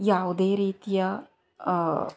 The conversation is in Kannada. ಯಾವುದೇ ರೀತಿಯ